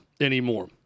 anymore